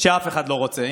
שאף אחד לא רוצה.